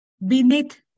beneath